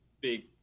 big